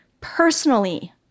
personally